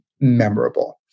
memorable